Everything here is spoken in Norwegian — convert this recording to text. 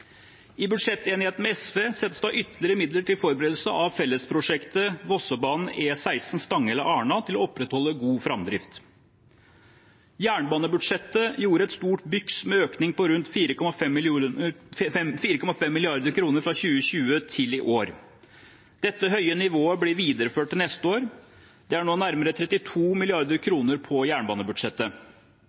I budsjettenigheten med SV ble det satt av ytterligere midler til forberedelse av fellesprosjektet E16 og Vossebanen Arna– Stanghelle, til å opprettholde god framdrift. Jernbanebudsjettet gjorde et stort byks med en økning på rundt 4,5 mrd. kr fra 2020 til i år. Dette høye nivået blir videreført til neste år. Det er nå nærmere 32 mrd. kr på jernbanebudsjettet